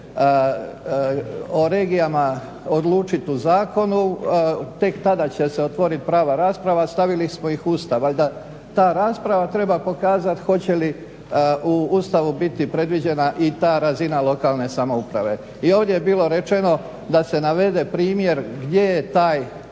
o regijama odlučiti u zakonu, tek tada će se otvoriti prava rasprava. Stavili smo ih u Ustav, valjda ta rasprava treba pokazati hoće li u Ustavu biti predviđena i ta razina lokalne samouprave. I ovdje je bilo rečeno da se navede primjer gdje je